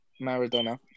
Maradona